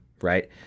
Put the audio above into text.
right